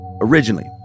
originally